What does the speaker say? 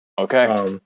Okay